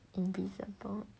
invisible